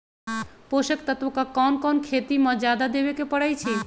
पोषक तत्व क कौन कौन खेती म जादा देवे क परईछी?